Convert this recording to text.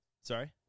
Sorry